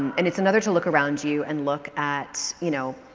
and it's another to look around you and look at you know,